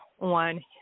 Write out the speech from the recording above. on